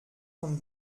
von